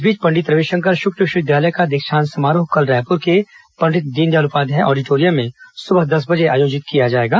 इस बीच पंडित रविशंकर शुक्ल विश्वविद्यालय दीक्षांत समारोह कल रायपुर के पंडित दीनदयाल उपाध्याय आडिटोरियम में सुबह दस बजे आयोजित किया जाएगा